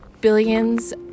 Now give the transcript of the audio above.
billions